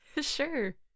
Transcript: Sure